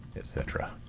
etc.